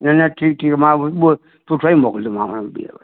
न न ठीकु ठीकु मां हू उहो सुठो ई मोकिलींदोमाव ॿीअंर